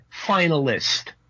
finalist